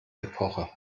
epoche